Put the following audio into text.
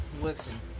listen